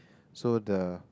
so the